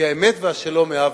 כי "האמת והשלום אהבו",